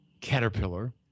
caterpillar